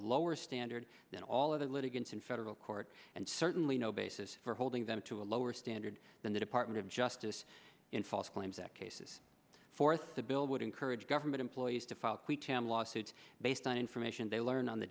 lower standard than all of the litigants in federal court and certainly no basis for holding them to a lower standard than the department of justice in false claims that cases forth the bill would encourage government employees to file lawsuits based on information they learn on the